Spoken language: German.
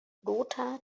lothar